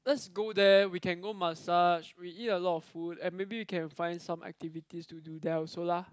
let's go there we can go massage we eat a lot of food and maybe we can find some activities to do there also lah